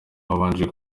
habanje